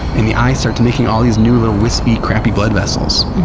and the eye starts making all these new little wispy, crappy blood vessels.